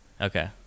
Okay